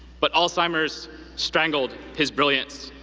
but alzheimer's strangled his brilliance.